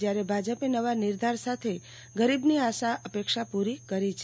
જયારે ભાજપે નવા નિર્ધાર સાથે ગરીબની આશા અપેક્ષા પૂરી કરી છે